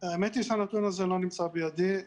האמת שנתון הזה לא נמצא בידי.